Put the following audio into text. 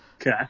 Okay